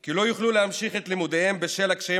כי לא יוכלו להמשיך את לימודיהם בשל הקשיים